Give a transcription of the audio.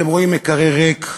אתם רואים מקרר ריק,